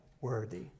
worthy